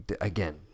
again